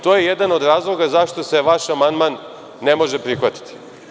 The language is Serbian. To je jedan od razloga zašto se vaš amandman ne može prihvatiti.